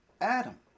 Adam